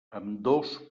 ambdós